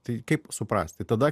tai kaip suprasti tada